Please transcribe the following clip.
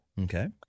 Okay